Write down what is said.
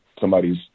somebody's